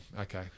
okay